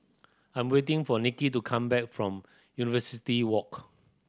I'm waiting for Niki to come back from University Walk